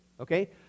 okay